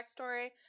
backstory